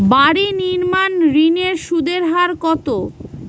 বাড়ি নির্মাণ ঋণের সুদের হার কত?